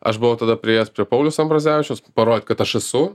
aš buvau tada priėjęs prie pauliaus ambrazevičiaus parodyt kad aš esu